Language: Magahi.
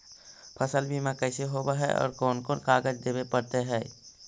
फसल बिमा कैसे होब है और कोन कोन कागज देबे पड़तै है?